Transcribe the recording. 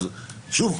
אז שוב,